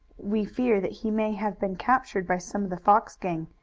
we fear that he may have been captured by some of the fox gang,